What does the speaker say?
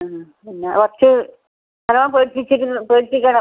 ആ പിന്നെ കുറച്ച് നല്ലോണം പേടിപ്പിച്ചിക്കുന്ന് പേടിപ്പിക്കണം